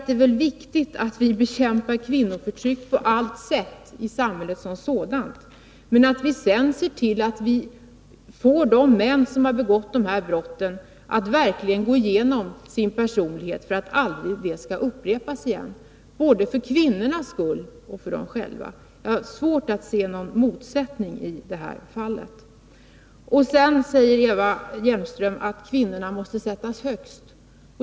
Det är viktigt att vi bekämpar kvinnoförtryck på allt sätt i samhället som sådant. Men vi måste också se till att vi får de män som har begått dessa brott att verkligen gå igenom sin personlighet så att de aldrig upprepar brotten, både för kvinnornas skull och för deras egen skull. Jag har svårt att se någon motsättning i detta. Sedan säger Eva Hjelmström att kvinnorna måste sättas högst.